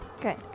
Good